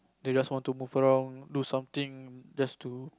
they just want to walk around do something just to